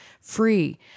free